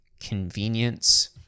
convenience